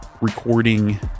recording